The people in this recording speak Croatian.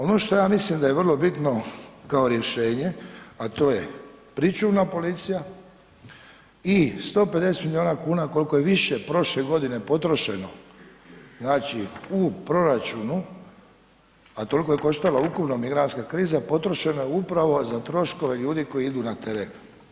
Ono što ja mislim da je vrlo bitno kao rješenje a to je pričuvna policija i 150 milijuna kuna koliko je više prošle godine potrošeno znači u proračunu, a toliko je koštala ukupna migrantska kriza, potrošeno je upravo za troškove ljudi koji idu na teren.